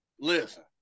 Listen